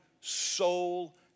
soul